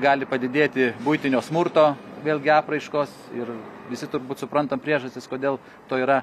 gali padidėti buitinio smurto vėlgi apraiškos ir visi turbūt suprantam priežastis kodėl to yra